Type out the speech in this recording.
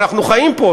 אנחנו חיים פה,